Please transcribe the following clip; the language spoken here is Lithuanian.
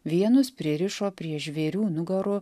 vienus pririšo prie žvėrių nugarų